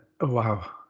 wow